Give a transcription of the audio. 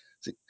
see